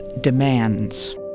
demands